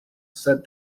said